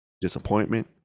disappointment